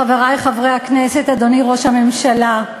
חברי חברי הכנסת, אדוני ראש הממשלה,